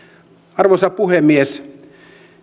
arvoisa puhemies